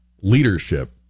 leadership